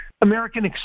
American